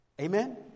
Amen